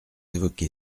évoqué